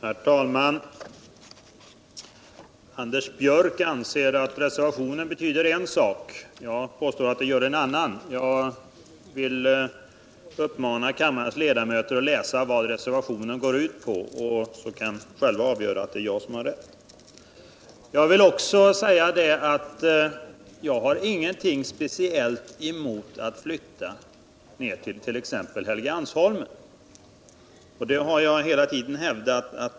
Herr talman! Anders Björck anser att reservationen betyder en sak — jag påstår att den betyder någonting annat. Jag vill uppmana kammarens ledamöter att läsa vad reservationen går ut på, så kan ni själva avgöra att det är jag som har rätt. Jag har ingenting speciellt emot att flytta, exempelvis till Helgeandsholmen — det har jag hela tiden sagt.